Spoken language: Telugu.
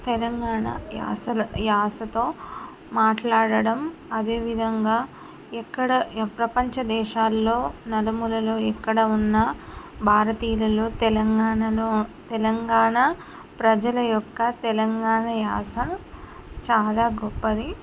తెలంగాణ యాసల యాసతో మాట్లాడడం అదేవిధంగా ఎక్కడ ప్రపంచ దేశాల్లో నలుమూలలో ఎక్కడ ఉన్న భారతీయులలో తెలంగాణలో తెలంగాణ ప్రజల యొక్క తెలంగాణ యాస చాలా గొప్పది